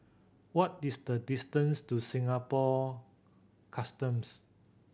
what is the distance to Singapore Customs